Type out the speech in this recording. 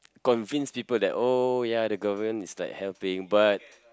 convince people that oh ya the government is like helping but